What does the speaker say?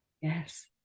Yes